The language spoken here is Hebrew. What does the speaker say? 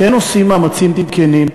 כן עושים מאמצים כנים.